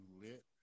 lit